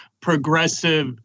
progressive